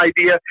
idea